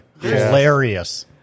hilarious